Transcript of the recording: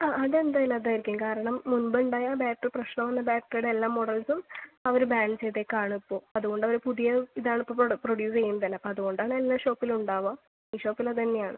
ആ അത് എന്തായാലും അതായിരിക്കും കാരണം മുൻപ് ഉണ്ടായ ബാറ്ററി പ്രശ്നമുള്ള ബാറ്ററിയുടെ എല്ലാ മോഡൽസും അവർ ബാൻ ചെയ്തിരിക്കുവാണിപ്പോൾ അതുകൊണ്ട് അവർ പുതിയ ഇതാണ് ഇപ്പം പ്രൊഡ്യൂസ് ചെയ്യുന്നത് തന്നെ അപ്പം അതുകൊണ്ടാണ് എല്ലാ ഷോപ്പിലും ഉണ്ടാവുക ഈ ഷോപ്പിലും അത് തന്നെയാണ്